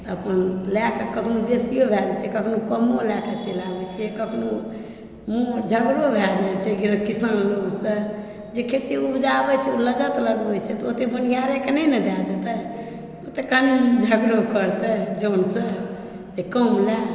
अपन लए कऽ कखनो बेसियो भए जाइत छै कखनो कमो लए कऽ चलि आबय छियै कखनो मुँह झगड़ो भए जाय छै किसान लोग से जे खेती उपजाबै छै ओ लागत लगबय छै तऽ बुननिहारे कऽ नहि ने दए देतै ओतऽ कनि झगड़ो करतै जनसंँ जे कम ले